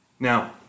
Now